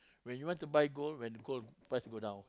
when you want to buy gold when gold price go down